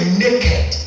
naked